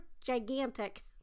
gigantic